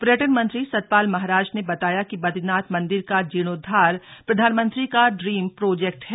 पर्यटन मंत्री सतपाल महाराज ने बताया कि बद्रीनाथ मंदिर का जीर्णोधार प्रधानमंत्री का ड्रीम प्रोजेक्ट है